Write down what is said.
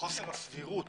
חוסר הסבירות